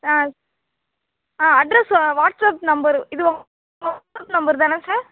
ஆ ஆ address WhatsApp number இது WhatsApp number தானே சார்